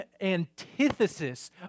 antithesis